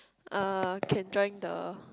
uh can join the